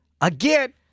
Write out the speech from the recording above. Again